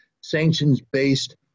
sanctions-based